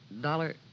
Dollar